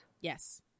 Yes